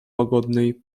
łagodnej